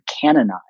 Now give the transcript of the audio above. canonized